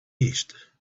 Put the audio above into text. east